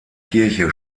kirche